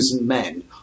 men